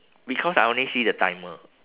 because I only see the timer